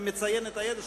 ומציין את הידע שלך,